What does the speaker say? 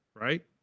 right